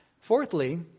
Fourthly